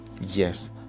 Yes